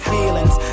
feelings